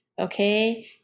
Okay